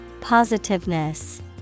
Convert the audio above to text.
Positiveness